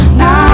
now